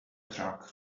truck